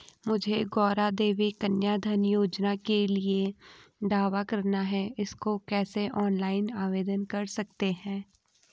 मुझे गौरा देवी कन्या धन योजना के लिए दावा करना है इसको कैसे ऑनलाइन आवेदन कर सकते हैं?